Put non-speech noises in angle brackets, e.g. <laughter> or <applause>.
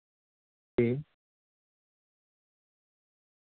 <unintelligible>